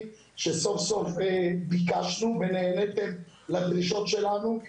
שסוף סוף ביקשנו ונעניתם לדרישות שלנו.